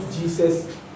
Jesus